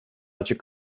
açık